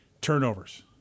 Turnovers